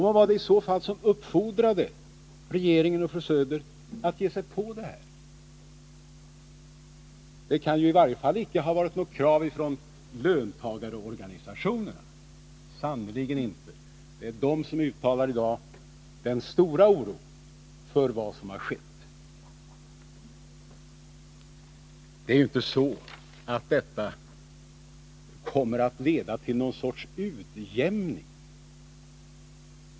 Vad var det som i så fall uppfordrade regeringen och fru Söder att ge sig på det här? Det kan ju i varje fallicke ha varit något krav från löntagarorganisationerna — sannerligen inte. Det är ju dessa som i dag uttalar stor oro för vad som har skett. Det är ju inte så att det här kommer att leda till någon sorts utjämning.